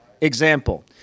example